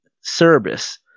service